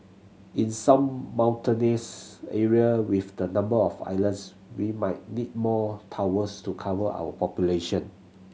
in some mountainous area with the number of islands we might need more towers to cover our population